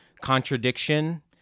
Contradiction